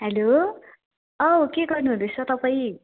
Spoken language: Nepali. हेलो औ के गर्नुहुँदैछ तपाईँ